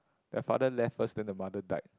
their father left first then the mother died